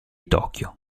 tokyo